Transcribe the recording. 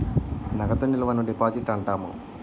నగదు నిల్వను డిపాజిట్ అంటాము